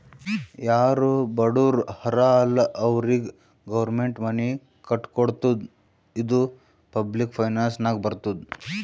ಯಾರು ಬಡುರ್ ಹರಾ ಅಲ್ಲ ಅವ್ರಿಗ ಗೌರ್ಮೆಂಟ್ ಮನಿ ಕಟ್ಕೊಡ್ತುದ್ ಇದು ಪಬ್ಲಿಕ್ ಫೈನಾನ್ಸ್ ನಾಗೆ ಬರ್ತುದ್